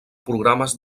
programes